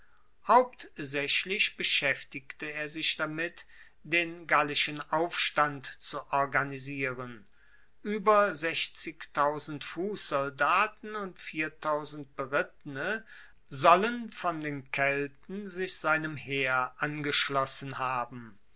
hauptsaechlich beschaeftigte er sich damit den gallischen aufstand zu organisieren ueber fusssoldaten und berittene sollen von den kelten sich seinem heer angeschlossen haben